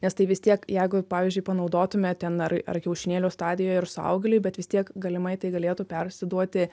nes tai vis tiek jeigu pavyzdžiui panaudotume ten ar ar kiaušinėlio stadijoj ar suaugėliui bet vis tiek galimai tai galėtų persiduoti